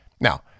Now